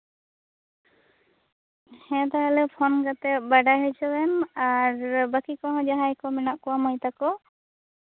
ᱦᱮᱸ ᱛᱟᱦᱞᱮ ᱯᱷᱳᱱ ᱠᱟᱛᱮᱜ ᱵᱟᱰᱟᱭ ᱦᱚᱪᱚ ᱞᱮᱢ ᱟᱨ ᱵᱟᱠᱤ ᱠᱚᱦᱚᱸ ᱡᱟᱸᱦᱟᱭ ᱠᱚ ᱢᱮᱱᱟᱜ ᱠᱚᱣᱟ ᱢᱟᱹᱭ ᱛᱟᱠᱚ